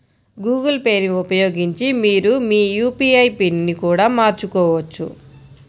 Google pay ని ఉపయోగించి మీరు మీ యూ.పీ.ఐ పిన్ని కూడా మార్చుకోవచ్చు